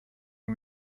and